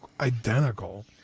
identical